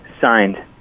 signed